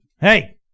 hey